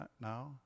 now